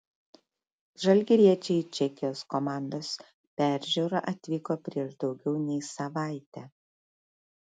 žalgiriečiai į čekijos komandos peržiūrą atvyko prieš daugiau nei savaitę